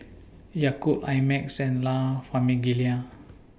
Yakult I Max and La Famiglia